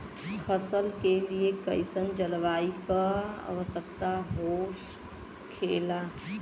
फसल के लिए कईसन जलवायु का आवश्यकता हो खेला?